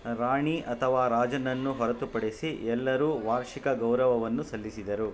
ರಾಣಿ ಅಥವಾ ರಾಜನನ್ನು ಹೊರತುಪಡಿಸಿ ಎಲ್ಲರೂ ವಾರ್ಷಿಕ ಗೌರವವನ್ನು ಸಲ್ಲಿಸಿದರು